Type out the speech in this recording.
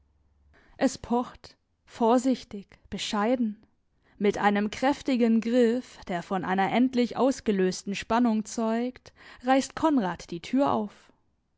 es pocht vorsichtig bescheiden mit einem kräftigen griff der von einer endlich ausgelösten spannung zeugt reißt konrad die tür auf